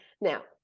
now